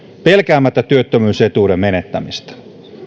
pelkäämättä työttömyysetuuden menettämistä